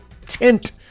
tint